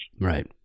Right